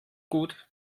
gut